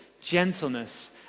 gentleness